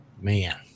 Man